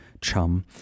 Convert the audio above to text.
chum